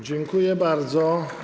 Dziękuję bardzo.